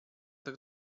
tak